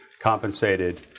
compensated